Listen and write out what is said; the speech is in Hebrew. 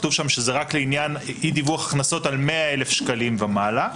כתוב שם שזה רק לעניין אי-דיווח הכנסות על 100,000 שקלים ומעלה.